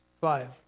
Five